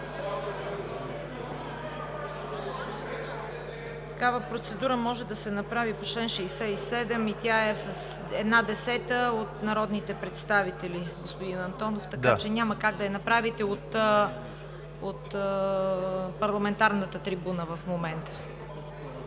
Такава процедура може да се направи по чл. 67 и тя е, с една десета от народните представители, господин Антонов, така че няма как да я направите от парламентарната трибуна в момента.